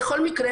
בכל מקרה,